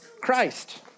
Christ